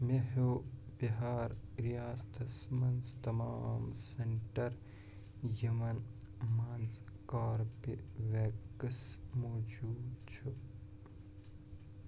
مےٚ ہیو بِہار ریاستس مَنٛز تمام سینٹر یِمَن منٛز کوربِویٚکس موجوٗد چھُ